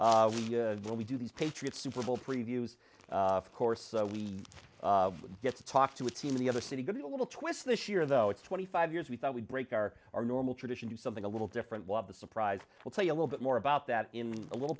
where we do these patriots super bowl previews of course we get to talk to a team the other city could be a little twist this year though it's twenty five years we thought we'd break our our normal tradition do something a little different one of the surprise will tell you a little bit more about that in a little